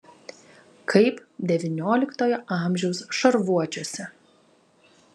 kaip devynioliktojo amžiaus šarvuočiuose